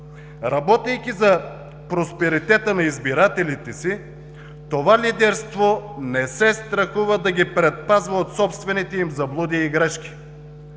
Работейки за просперитета на избирателите си, това лидерство не се страхува да ги предпазва от собствените им заблуди и грешки.